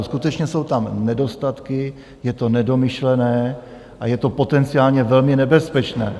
Skutečně jsou tam nedostatky, je to nedomyšlené a je to potenciálně velmi nebezpečné.